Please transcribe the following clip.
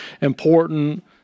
important